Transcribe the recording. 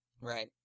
Right